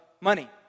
money